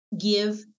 give